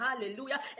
Hallelujah